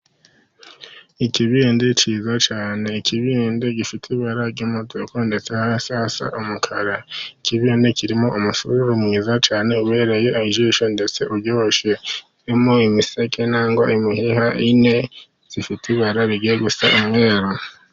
Ikibindi cyibwa cyane ikibindi gifite ibara ry'umutuku, ndetse hasi hasa umukara ikibindi kirimo umusururu mwiza cyane, ubereye ijisho ndetse uryoshye kirimo imiseke cyangwa imiheha ine ifite ibara rijya gusa umweru.